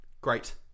great